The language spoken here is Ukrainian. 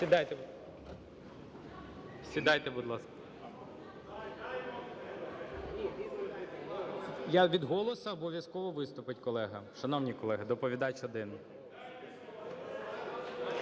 Сідайте, будь ласка. Від "Голосу" обов'язково виступить колега. Шановні колеги, доповідач один.